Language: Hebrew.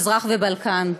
מזרח והבלקן.